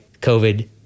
COVID